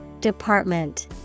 Department